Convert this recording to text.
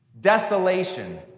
desolation